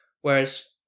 Whereas